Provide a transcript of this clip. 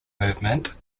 movement